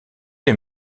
les